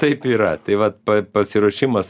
taip yra tai va pasiruošimas